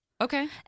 Okay